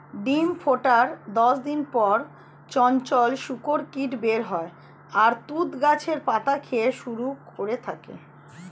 ডিম ফোটার দশ দিন পর চঞ্চল শূককীট বের হয় আর তুঁত গাছের পাতা খেতে শুরু করে থাকে